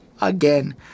again